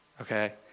Okay